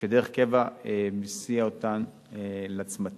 שדרך קבע מסיע אותן לצמתים.